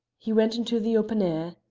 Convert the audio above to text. he went into the open air.